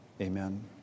Amen